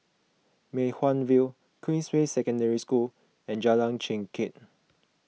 Mei Hwan View Queensway Secondary School and Jalan Chengkek